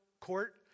court